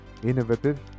innovative